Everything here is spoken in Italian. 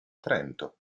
trento